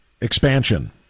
expansion